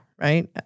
right